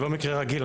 זה לא מקרה רגיל,